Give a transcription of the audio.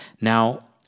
Now